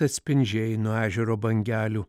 atspindžiai nuo ežero bangelių